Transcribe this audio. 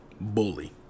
bully